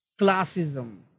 Classism